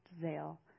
Zale